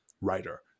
writer